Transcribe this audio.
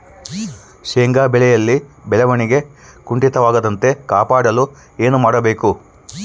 ಶೇಂಗಾ ಬೆಳೆಯಲ್ಲಿ ಬೆಳವಣಿಗೆ ಕುಂಠಿತವಾಗದಂತೆ ಕಾಪಾಡಲು ಏನು ಮಾಡಬೇಕು?